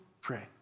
pray